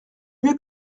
mieux